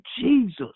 Jesus